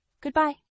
Goodbye